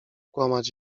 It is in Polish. kłamać